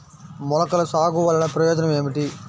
మొలకల సాగు వలన ప్రయోజనం ఏమిటీ?